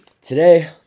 Today